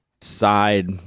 Side